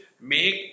make